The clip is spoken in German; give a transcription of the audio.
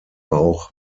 auch